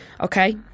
okay